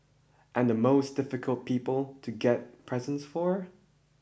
and the most difficult people to get presents for